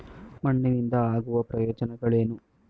ಮಣ್ಣಿನಿಂದ ಆಗುವ ಪ್ರಯೋಜನಗಳೇನು?